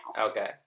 Okay